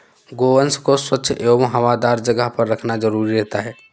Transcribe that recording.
गोवंश को स्वच्छ एवं हवादार जगह पर रखना जरूरी रहता है